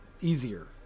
easier